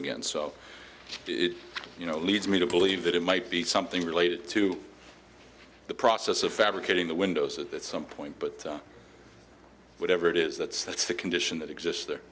know it leads me to believe that it might be something related to the process of fabricating the windows at some point but whatever it is that sets the condition that exists there